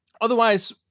Otherwise